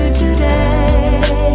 today